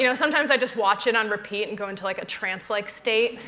you know sometimes i just watch it on repeat and go into like a trance-like state.